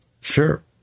Sure